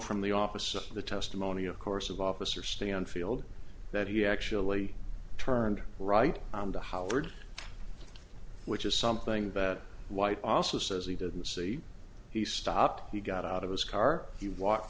from the office of the testimony of course of officer stanfield that he actually turned right to howard which is something that white also says he didn't see he stopped he got out of his car he walk